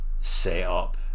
setup